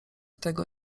tego